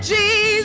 Jesus